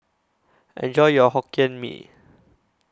Enjoy your Hokkien Mee